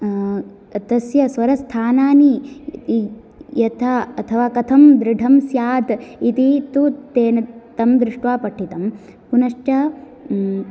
तस्य स्वरस्थानानि यथा अथवा कथं दृढं स्यात् इति तु तेन तं दृष्ट्वा पठितं पुनश्च